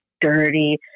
dirty